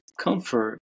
comfort